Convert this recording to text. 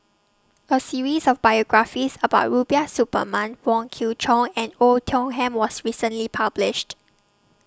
A series of biographies about Rubiah Suparman Wong Kwei Cheong and Oei Tiong Ham was recently published